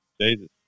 Jesus